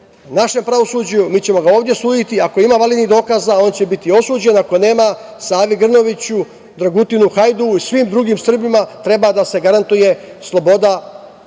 našem pravosuđu i mi ćemo mu ovde suditi. Ako ima validnih dokaza, on će biti osuđen, ako nema, Savi Grnoviću, Dragutinu Hajduu i svim drugim Srbima treba da se garantuje sloboda